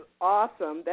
awesome